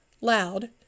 loud